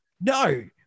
No